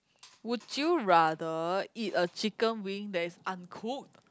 would you rather eat a chicken wing that is uncooked